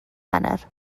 wener